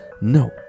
No